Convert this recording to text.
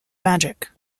magic